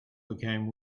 became